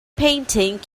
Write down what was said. painting